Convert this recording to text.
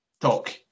talk